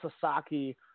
Sasaki